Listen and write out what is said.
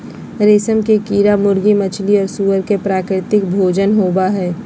रेशम के कीड़ा मुर्गी, मछली और सूअर के प्राकृतिक भोजन होबा हइ